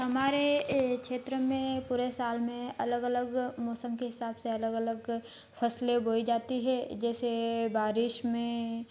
हमारे क्षेत्र में पूरे साल में अलग अलग मौसम के हिसाब से अलगअलग फसलें बोई जाती हैं जैसे बारिश में